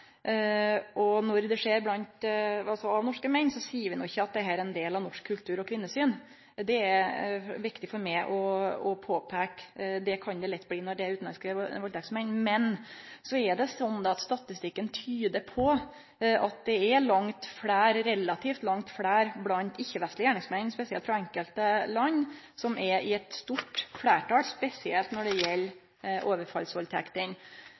utlendingar. Når norske menn valdtek, seier vi ikkje at dette er ein del av norsk kultur og kvinnesyn. Det er viktig for meg å påpeike at det kan det lett bli til når det er utanlandske valdtektsmenn. Men så er det slik at statistikken tyder på at det relativt sett er langt fleire ikkje-vestlege gjerningsmenn, spesielt frå enkelte land – dei er i stort fleirtal, spesielt når det gjeld